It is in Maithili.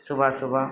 सुबह सुबह